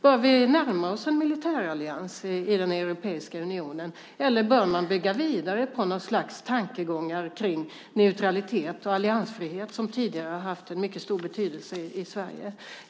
Bör vi närma oss en militärallians i den europeiska unionen, eller bör man bygga vidare på tankegångar kring neutralitet och alliansfrihet som tidigare har haft mycket stor betydelse i Sverige?